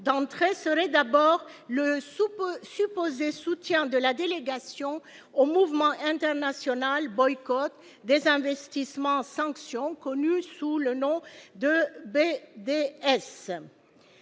d'entrée serait d'abord le soupçon supposé soutien de la délégation au mouvement international boycott, désinvestissement sanctions connu sous le nom de B.